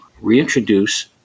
reintroduce